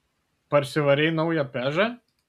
parsivarei naują pežą